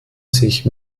sich